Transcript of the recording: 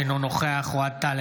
אינו נוכח אוהד טל,